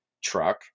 truck